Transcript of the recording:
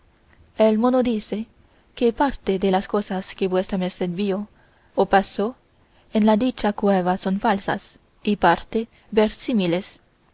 el mono dice que parte de las cosas que vuesa merced vio o pasó en la dicha cueva son falsas y parte